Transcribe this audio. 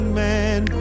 man